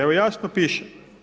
Evo jasno piše.